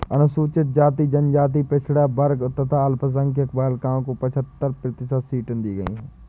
अनुसूचित जाति, जनजाति, पिछड़ा वर्ग तथा अल्पसंख्यक बालिकाओं को पचहत्तर प्रतिशत सीटें दी गईं है